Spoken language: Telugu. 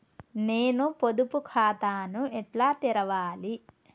నేను పొదుపు ఖాతాను ఎట్లా తెరవాలి?